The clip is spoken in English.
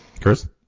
Chris